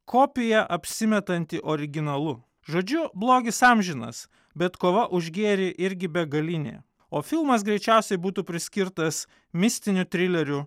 kopija apsimetanti originalu žodžiu blogis amžinas bet kova už gėrį irgi begalinė o filmas greičiausiai būtų priskirtas mistinių trilerių